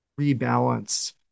rebalance